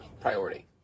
priority